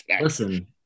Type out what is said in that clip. Listen